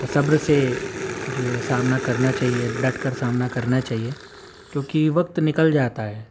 صبر سے جو ہے سامنا کرنا چاہیے ڈٹ کر سامنا کرنا چاہیے کیونکہ وقت نکل جاتا ہے